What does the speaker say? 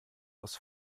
aus